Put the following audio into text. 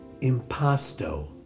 impasto